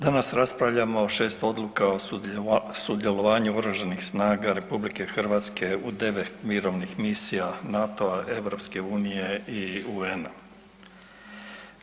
Danas raspravljamo o 6 odluka o sudjelovanju oružanih snaga RH u 9 mirovnih misija NATO-a, EU-a i UN-a.